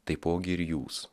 taipogi ir jūs